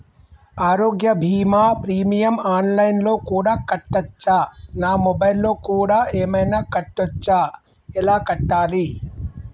ఆరోగ్య బీమా premium online లో కూడా కట్టచ్చా? నా మొబైల్లో కూడా ఏమైనా కట్టొచ్చా? ఎలా కట్టాలి?